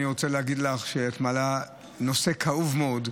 אני רוצה להגיד לך שאת מעלה נושא כאוב מאוד,